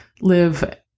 live